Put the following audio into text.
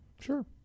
Sure